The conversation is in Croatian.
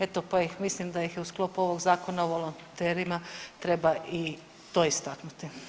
Eto, pa ih mislim da je ih u sklopu ovog Zakona o volonterima treba i to istaknuti.